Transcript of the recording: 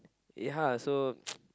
ya so